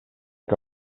que